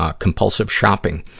ah compulsive shopping.